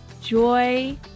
joy